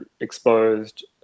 exposed